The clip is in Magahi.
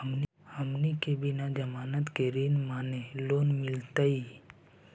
हमनी के बिना जमानत के ऋण माने लोन मिलतई?